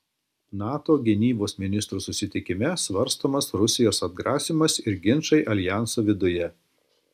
nato gynybos ministrų susitikime svarstomas rusijos atgrasymas ir ginčai aljanso viduje